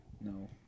No